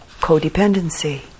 codependency